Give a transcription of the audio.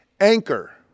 anchor